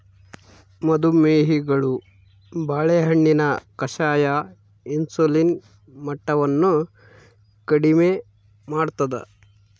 ಮದು ಮೇಹಿಗಳು ಬಾಳೆಹಣ್ಣಿನ ಕಷಾಯ ಇನ್ಸುಲಿನ್ ಮಟ್ಟವನ್ನು ಕಡಿಮೆ ಮಾಡ್ತಾದ